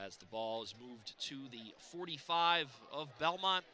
as the ball is moved to the forty five of belmont